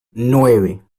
nueve